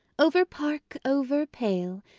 over park, over pale,